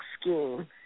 scheme